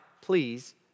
please